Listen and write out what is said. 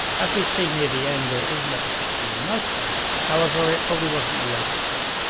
as we see near the end, it isn't a particularly nice place, however, it probably wasn't always this way.